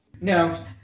No